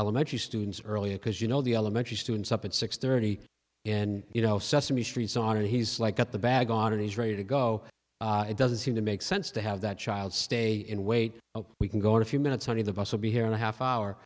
elementary students early because you know the elementary students up at six thirty and you know sesame street song and he's like got the bag on and he's ready to go it doesn't seem to make sense to have that child stay in wait we can go in a few minutes honey the bus will be here and a half hour